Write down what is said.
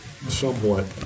somewhat